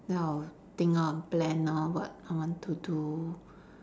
then I'll think on plan on what I want to do